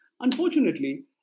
Unfortunately